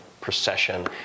procession